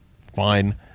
Fine